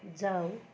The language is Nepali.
जाऊ